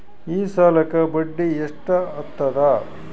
ಈ ಸಾಲಕ್ಕ ಬಡ್ಡಿ ಎಷ್ಟ ಹತ್ತದ?